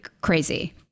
crazy